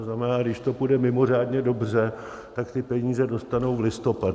To znamená, když to půjde mimořádně dobře, tak ty peníze dostanou v listopadu.